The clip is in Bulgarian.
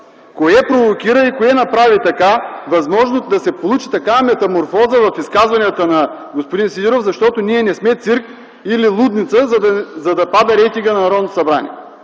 Кое провокира и направи така - да се получи такава метаморфоза в изказванията на господин Сидеров, защото ние не сме цирк или лудница, за да пада рейтингът на Народното събрание?!